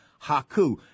Haku